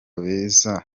beza